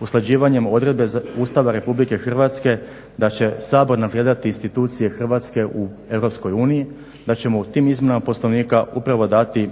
usklađivanjem odredbe Ustava RH da će Sabor nam predati institucije Hrvatske u EU da ćemo u tim izmjenama Poslovnika upravo dati